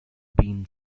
bean